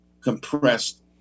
compressed